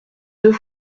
deux